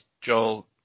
Joel